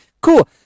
Cool